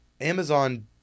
Amazon